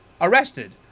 arrested